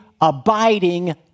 abiding